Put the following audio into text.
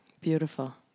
Beautiful